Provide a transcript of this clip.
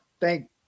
thank